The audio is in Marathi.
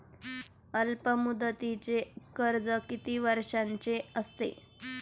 अल्पमुदतीचे कर्ज किती वर्षांचे असते?